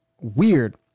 weird